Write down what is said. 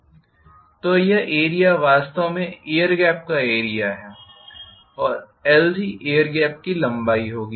तो यह एरिया वास्तव में एयर गेप का एरिया है और lg एयर गेप की लंबाई होगी